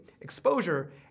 exposure